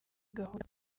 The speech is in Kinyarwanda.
gahunda